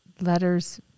letters